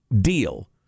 deal